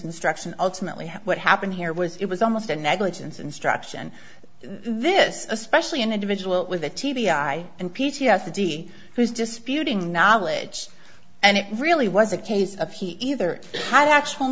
instruction ultimately what happened here was it was almost a negligence instruction this especially an individual with a t b i and p t s d who's disputing knowledge and it really was a case of he either had actual